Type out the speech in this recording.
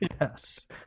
Yes